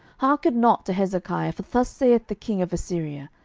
hearken not to hezekiah for thus saith the king of assyria,